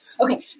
Okay